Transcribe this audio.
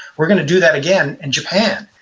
we're going to do that again in japan.